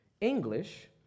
English